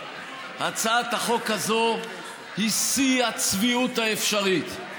הצעת החוק הזו היא שיא הצביעות האפשרית.